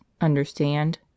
understand